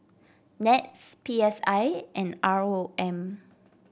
NETS P S I and R O M